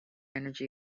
energy